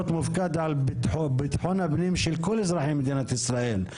מופקד על ביטחון הפנים של כל אזרחי מדינת ישראל,